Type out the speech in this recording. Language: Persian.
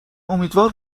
امیدوار